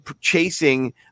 chasing